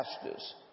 pastors